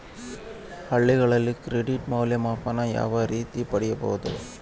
ಹಳ್ಳಿಗಳಲ್ಲಿ ಕ್ರೆಡಿಟ್ ಮೌಲ್ಯಮಾಪನ ಯಾವ ರೇತಿ ಪಡೆಯುವುದು?